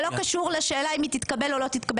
זה לא קשור לשאלה אם היא תתקבל או לא תתקבל.